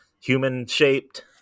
human-shaped